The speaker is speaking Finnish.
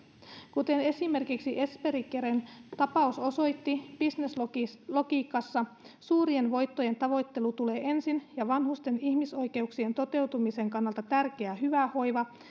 kuten esimerkiksi esperi caren tapaus osoitti bisneslogiikassa suurien voittojen tavoittelu tulee ensin ja vanhusten ihmisoikeuksien toteutumisen kannalta tärkeä hyvä hoiva